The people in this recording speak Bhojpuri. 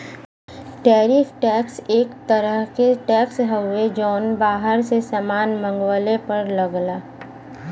टैरिफ टैक्स एक तरह क टैक्स हउवे जौन बाहर से सामान मंगवले पर लगला